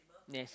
yes